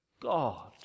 God